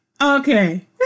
Okay